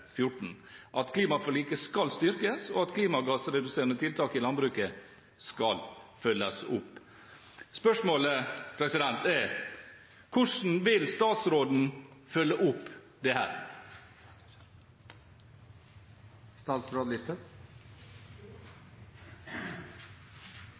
at klimaforliket skal styrkes, og at klimagassreduserende tiltak i landbruket skal følges opp. Spørsmålet er: Hvordan vil statsråden følge opp dette? Når det